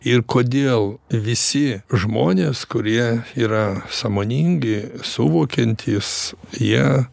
ir kodėl visi žmonės kurie yra sąmoningi suvokiantys jie